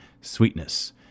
sweetness